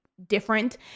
Different